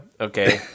okay